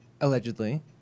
allegedly